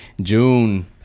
june